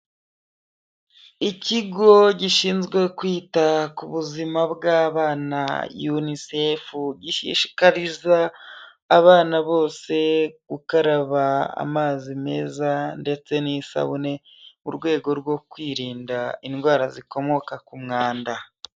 Ikigo gishinzwe kwita ku buzima bw'abana Unicef, gishishikariza abana bose gukaraba amazi meza ndetse n'isabune, mu rwego rwo kwirinda indwara zikomoka ku mwanda.